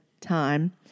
time